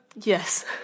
Yes